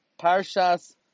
Parshas